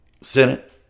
Senate